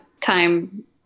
time